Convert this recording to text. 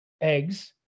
eggs